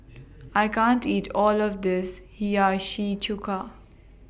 I can't eat All of This Hiyashi Chuka